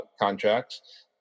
contracts